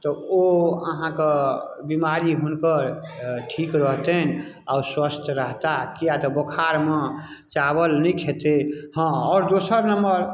तऽ ओ अहाँके बीमारी हुनकर ठीक रहतनि आओर स्वस्थ रहता किए तऽ बोखारमे चावल नहि खेतै हाँ आओर दोसर नम्बर